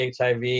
HIV